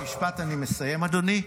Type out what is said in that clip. משפט, אני מסיים, אדוני.